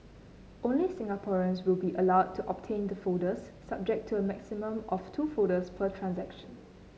only Singaporeans will be allowed to obtain the folders subject to a maximum of two folders per transaction